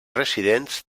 residents